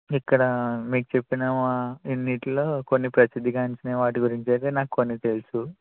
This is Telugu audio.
ఇక్కడ మీకు చెప్పిన ఇన్నింటిలో కొన్ని ప్రసిద్ది గాంచిన వాటి గురించి అయితే నాకు కొన్ని తెలుసు